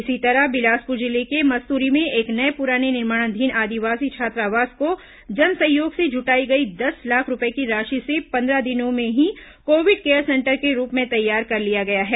इसी तरह बिलासपुर जिले के मस्तुरी में एक पुराने निर्माणाधीन आदिवासी छात्रावास को जन सहयोग से जुटाई गई दस लाख रूपए की राशि से पन्द्रह दिनों में ही कोविड केयर सेंटर के रूप में तैयार कर लिया गया है